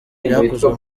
byakozwe